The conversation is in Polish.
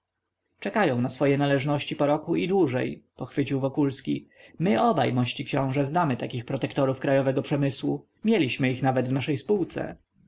czekają na swoje należności po roku i dłużej pochwycił wokulski my obaj mości książe znamy takich protektorów krajowego przemysłu mieliśmy ich nawet w naszej spółce